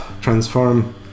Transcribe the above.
transform